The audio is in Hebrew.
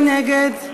מי נגד?